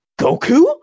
Goku